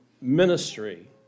ministry